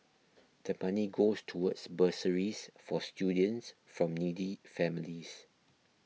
the money goes towards bursaries for students from needy families